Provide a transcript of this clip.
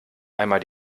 einmal